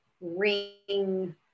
ring